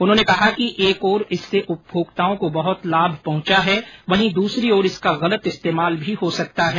उन्होंने कहा कि एक ओर इससे उपभोक्ताओं को बहुत लाभ पहुंचा है वहीं दूसरी ओर इसका गलत इस्तेमाल भी हो सकता है